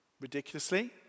ridiculously